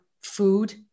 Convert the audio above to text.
food